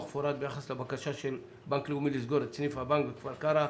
מפורט ביחס לבקשה של בנק לאומי לסגור את סניף הבנק בכפר קרע,